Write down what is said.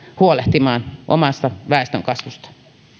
huolehtimaan omasta väestönkasvusta